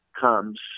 comes